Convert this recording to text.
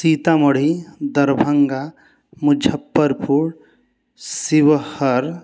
Sitamarhi Darbhanga Muzaffarpur Sheohar